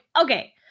okay